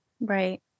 Right